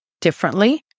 differently